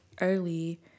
early